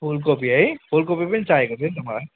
फुलकोपी है फुलकोपी पनि चाहेको थियो नि त मलाई